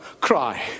cry